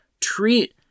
treat